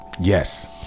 Yes